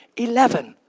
eleven,